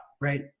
Right